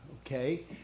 okay